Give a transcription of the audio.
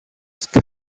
sky